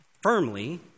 firmly